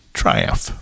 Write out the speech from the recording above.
triumph